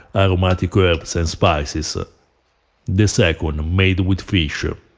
aromatic herbs, and spices ah the second, made with fish. ah